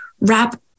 wrap